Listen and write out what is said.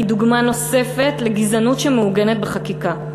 הוא דוגמה נוספת לגזענות שמעוגנת בחקיקה.